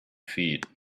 feet